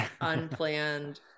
unplanned